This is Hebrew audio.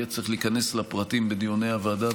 יהיה צריך להיכנס לפרטים בדיוני הוועדה,